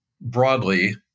broadly